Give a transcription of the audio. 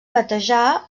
batejar